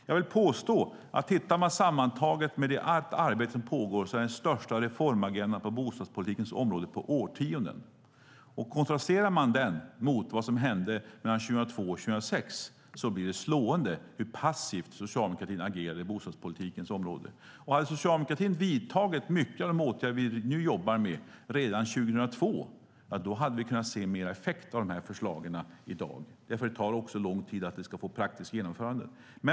Jag vill påstå att man om man tittar sammantaget på allt det arbete som pågår ser att det är den största reformagendan på bostadspolitikområdet på årtionden. Kontrasterar man det mot vad som hände mellan 2002 och 2006 blir det slående hur passivt Socialdemokraterna agerade på bostadspolitikens område. Hade Socialdemokraterna redan 2002 vidtagit många av de åtgärder vi nu jobbar med hade vi kunnat se mer effekt av förslagen i dag. Det tar nämligen lång tid innan de får praktiskt genomförande.